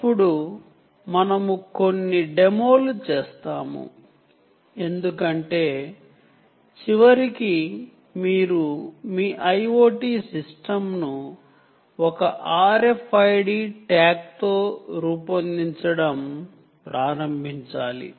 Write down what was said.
తరువాత మనము కొన్ని డెమోలు చేస్తాము ఎందుకంటే చివరికి మీరు మీ IoT సిస్టమ్ ను ఒక RFID ట్యాగ్తో రూపొందించడం ప్రారంభించాలి